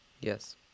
Yes